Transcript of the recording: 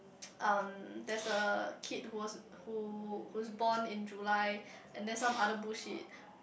um there's a kid who was who who's born in July and then some other bullshit